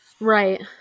Right